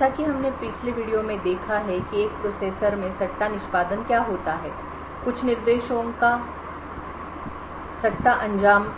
जैसा कि हमने पिछले वीडियो में देखा है कि एक प्रोसेसर में सट्टा निष्पादन क्या होता है कुछ निर्देशों का सट्टा अंजाम